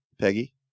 Peggy